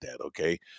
okay